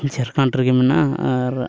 ᱡᱷᱟᱲᱠᱷᱚᱸᱰ ᱨᱮᱜᱮ ᱢᱮᱱᱟᱜᱼᱟ ᱟᱨ